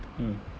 mm